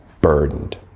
burdened